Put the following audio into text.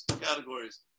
categories